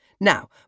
Now